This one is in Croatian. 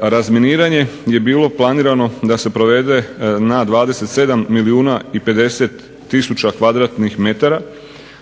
Razminiranje je bilo planirano da se provede na 27 milijuna i 50 tisuća m2,